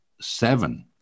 seven